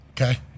Okay